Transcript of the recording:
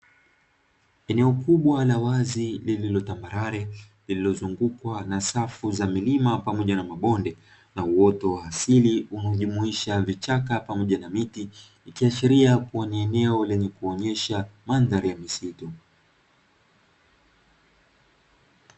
Eneo kubwa la wazi lililo tambarare lililozungukwa na safu za milima pamoja na mabonde na uoto wa asili, unao jumuisha vichaka pamoja na miti ikiashiria kuwa ni eneo lenye kuonesha mandhari ya misitu.